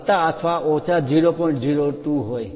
02 હોય